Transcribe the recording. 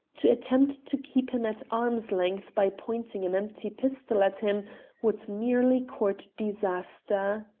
to attempt to keep him at arm's length by pointing an empty pistol at him would merely court disaster.